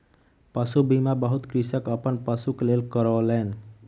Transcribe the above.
पशु बीमा बहुत कृषक अपन पशुक लेल करौलेन